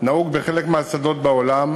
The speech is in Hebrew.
נהוגות בחלק מהשדות בעולם.